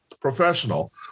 professional